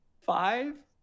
five